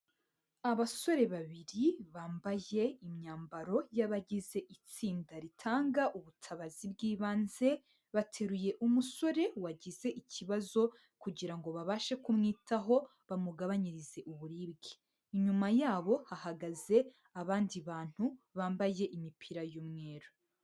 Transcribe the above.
Abasore babiri bambaye imyambaro y'abagize itsinda ritanga ubutabazi bw'ibanze, bateruye umusore wagize ikibazo kugira ngo babashe kumwitaho bamugabanyirize uburibwe. Inyuma yabo hahagaze abandi bantu bambaye imipira y'umweru.